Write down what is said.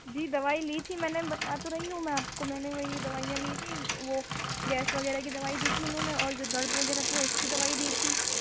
جی دوائی لی تھی میں نے بتا تو رہی ہوں میں آپ کو میں نے وہی دوائیاں لی تھیں وہ گیس وغیرہ کی دوائی دی تھی انہوں نے اور جو درد وغیرہ تھا اس کی دوائی دی تھی